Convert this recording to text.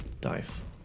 dice